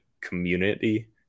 community